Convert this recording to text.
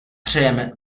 přejeme